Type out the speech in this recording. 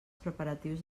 preparatius